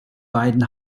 beiden